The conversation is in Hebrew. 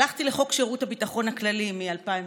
הלכתי לחוק שירות הביטחון הכללי, מאי 2002,